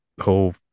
whole